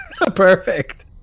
perfect